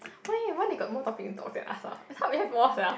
why why they got more topic to talk than us ah I thought we have more sia